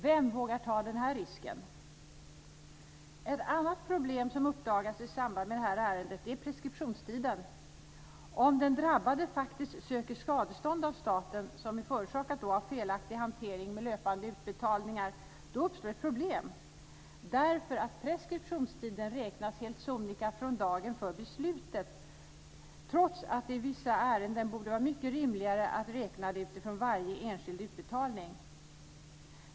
Vem vågar ta den risken? Ett annat problem som uppdagats i samband med det här ärendet är preskriptionstiden. Om den drabbade faktiskt söker skadestånd av staten, på grund av felaktig hantering av löpande utbetalningar, uppstår ett problem, därför att preskriptionstiden helt sonika räknas från dagen för beslutet, trots att det i vissa ärenden borde vara mycket rimligare att räkna den utifrån varje enskild utbetalning.